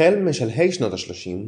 החל משלהי שנות ה-30,